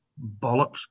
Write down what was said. bollocks